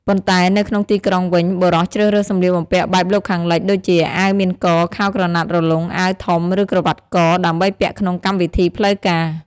ប៉ុន្តែនៅក្នុងទីក្រុងវិញ បុរសជ្រើសរើសសម្លៀកបំពាក់បែបលោកខាងលិច ដូចជា អាវមានក ខោក្រណាត់រលុង អាវធំ ឬ ក្រវាត់ក ដើម្បីពាក់ក្នុងកម្មវិធីផ្លូវការ។